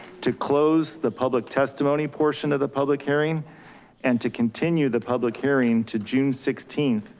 to close the public testimony portion of the public hearing and to continue the public hearing to june sixteenth,